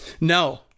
No